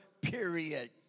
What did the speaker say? period